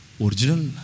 Original